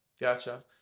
gotcha